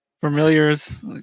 familiars